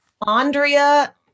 Andrea